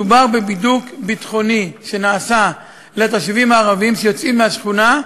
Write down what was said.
מדובר בבידוק ביטחוני שנעשה לתושבים הערבים שיוצאים מהשכונה,